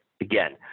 again